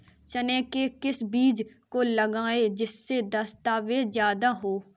चने के किस बीज को लगाएँ जिससे पैदावार ज्यादा हो?